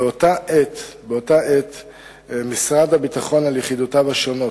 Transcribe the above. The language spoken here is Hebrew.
באותה עת משרד הביטחון, על יחידותיו השונות,